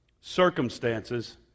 circumstances